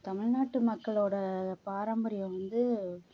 தமிழ்நாட்டு மக்களோடய பாரம்பரியம் வந்து